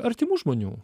artimų žmonių